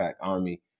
Army